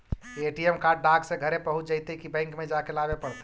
ATM card डाक से घरे पहुँच जईतै कि बैंक में जाके लाबे पड़तै?